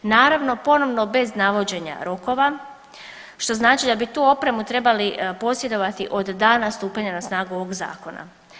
Naravno, ponovno bez navođenja rokova, što znači da bi tu opremu trebali posjedovati od dana stupanja na snagu ovog zakona.